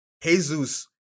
Jesus